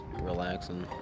relaxing